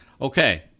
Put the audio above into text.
Okay